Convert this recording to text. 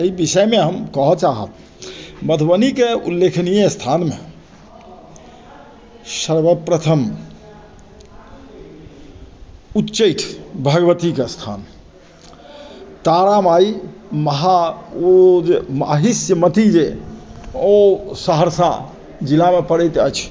अइ विषयमे हम कहऽ चाहब मधुबनीके उल्लेखनीय स्थानमे सर्वप्रथम उच्चैठ भगवतीके स्थान अछि तारामाइ महा ओ जे माहिष्यमति जे ओ सहरसा जिलामे पड़ैत अछि